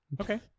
Okay